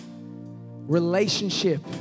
Relationship